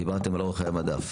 דיברתם על אורך חיי המדף.